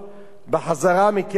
בחזרה מקבר האבות